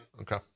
Okay